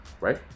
Right